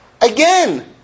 Again